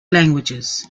languages